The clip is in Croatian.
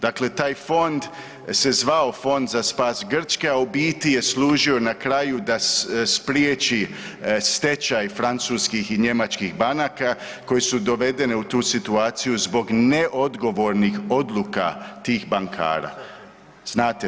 Dakle, taj fond se zvao Fond za spas Grčke, a u biti je služio na kraju da spriječi stečaj francuskih i njemačkih banaka koje su dovedene u tu situaciju zbog neodgovornih odluka tih bankara, znate.